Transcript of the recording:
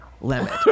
limit